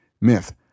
Myth